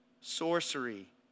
sorcery